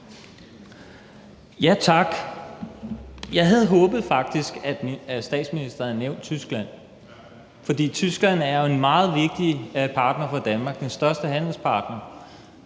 (V): Tak. Jeg havde faktisk håbet, at statsministeren havde nævnt Tyskland, for Tyskland er en meget vigtig partner for Danmark, den største handelspartner,